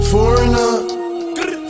Foreigner